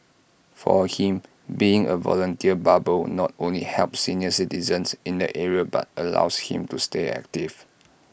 for him being A volunteer barber not only helps senior citizens in the area but allows him to stay active